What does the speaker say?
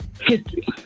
history